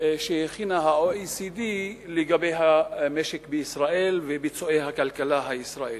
שהוכן ב-OECD לגבי המשק בישראל וביצועי הכלכלה הישראלית.